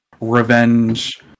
revenge